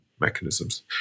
mechanisms